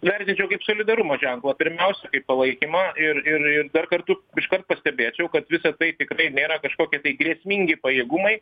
vertinčiau kaip solidarumo ženklą pirmiausia kaip palaikymą ir ir ir dar kartu iškart pastebėčiau kad visa tai tikrai nėra kažkokie tai grėsmingi pajėgumai